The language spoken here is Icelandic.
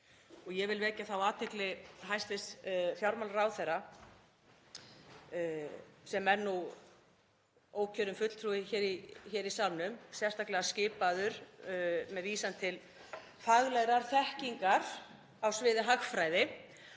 Ég vil vekja athygli hæstv. fjármálaráðherra, sem er nú ókjörinn fulltrúi hér í salnum og sérstaklega skipaður með vísan til faglegrar þekkingar á sviði hagfræði,